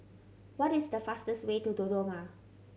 what is the fastest way to Dodoma